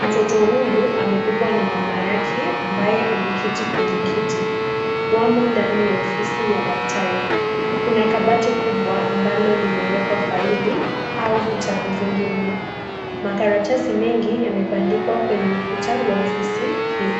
mtoto huyu amebebwa na mama yake ambaye ameketi kwenye kiti wamo ndani ya ofisi ya daktari, kuna kabati kubwa ambalo limeekwa faili au vitabu vingi mno. Makaratasi mengi yamepandikwa kwenye ukuta wa ofisi hiyo.